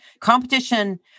competition